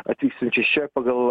atvykstančiais čia pagal